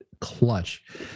clutch